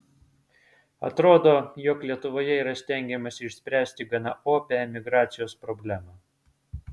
atrodo jog lietuvoje yra stengiamasi išspręsti gana opią emigracijos problemą